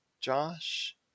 Josh